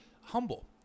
humble